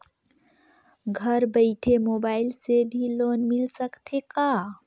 घर बइठे मोबाईल से भी लोन मिल सकथे का?